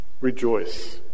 Rejoice